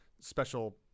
special